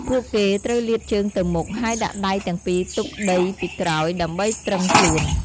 ពួកគេត្រូវលាតជើងទៅមុខ ហើយដាក់ដៃទាំងពីរទប់ដីពីក្រោយដើម្បីទ្រឹងខ្លួន។